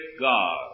God